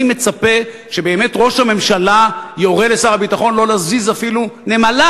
ואני מצפה שבאמת ראש הממשלה יורה לשר הביטחון לא להזיז אפילו נמלה